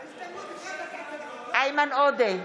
בעד איימן עודה,